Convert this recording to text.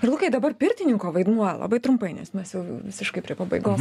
ir lukai dabar pirtininko vaidmuo labai trumpai nes mes jau visiškai prie pabaigos